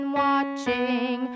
watching